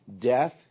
death